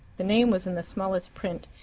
the name was in the smallest print,